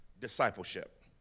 discipleship